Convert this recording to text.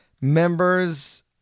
members